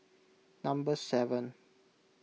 number seven